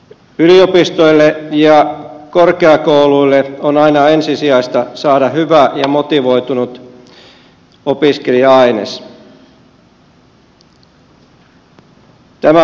yliopistoille ja korkeakouluille on aina ensisijaista saada hyvä ja motivoitunut opiskelija aines